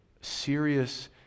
serious